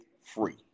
free